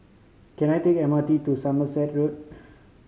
can I take M R T to Somerset Road